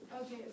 Okay